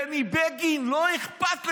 בני בגין, לא אכפת לך.